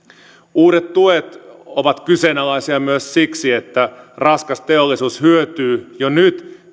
uudet tuet ovat kyseenalaisia myös siksi että raskas teollisuus hyötyy jo nyt